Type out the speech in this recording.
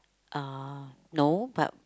uh no but